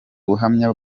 buhamya